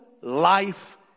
life